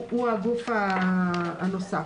הוא הגוף הנוסף.